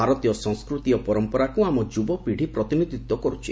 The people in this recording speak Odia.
ଭାରତୀୟ ସଂସ୍କୃତି ଓ ପରମ୍ପରାକୁ ଆମ ଯୁବପିଢ଼ି ପ୍ରତିନିଧିତ୍ୱ କରୁଛି